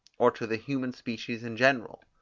or to the human species in general?